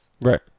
right